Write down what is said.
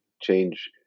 change